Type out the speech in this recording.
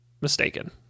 mistaken